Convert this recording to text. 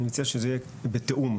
אני מציע שזה יהיה בתיאום,